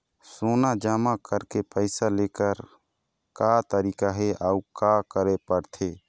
सोना जमा करके पैसा लेकर का तरीका हे अउ का करे पड़थे?